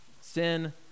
Sin